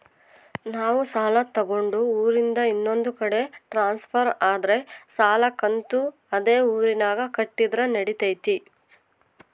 ನಾವು ಸಾಲ ತಗೊಂಡು ಊರಿಂದ ಇನ್ನೊಂದು ಕಡೆ ಟ್ರಾನ್ಸ್ಫರ್ ಆದರೆ ಸಾಲ ಕಂತು ಅದೇ ಊರಿನಾಗ ಕಟ್ಟಿದ್ರ ನಡಿತೈತಿ?